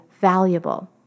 valuable